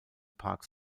park